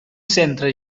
centre